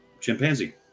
chimpanzee